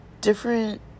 different